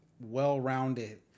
well-rounded